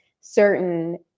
certain